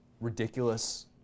ridiculous